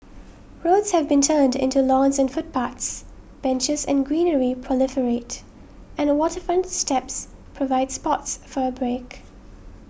roads have been turned into lawns and footpaths benches and greenery proliferate and waterfronts steps provides spots for a break